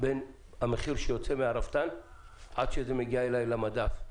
בין המחיר שיוצא מהרפתן עד שזה מגיע אליי למדף,